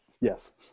Yes